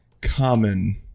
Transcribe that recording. common